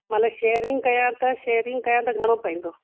मना शेयरिंग कयां त शेयरिंग कयां त घणो पवंदो